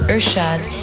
Urshad